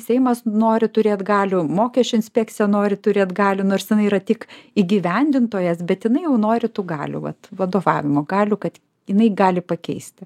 seimas nori turėt galių mokesčių inspekcija nori turėt galių nors jinai yra tik įgyvendintojas bet jinai jau nori tų galių vat vadovavimo galių kad jinai gali pakeisti